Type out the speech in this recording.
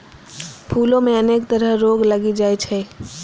फूलो मे अनेक तरह रोग लागि जाइ छै